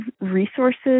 resources